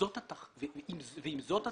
ואם זאת התכלית,